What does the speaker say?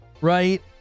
Right